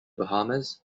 bahamas